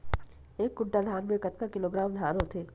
एक कुंटल धान में कतका किलोग्राम धान होथे?